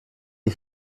die